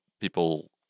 people